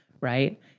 right